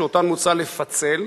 שאותן מוצע לפצל,